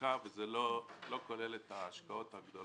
תעסוקה וזה לא כולל את ההשקעות הגדולות